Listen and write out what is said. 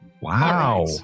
Wow